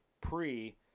pre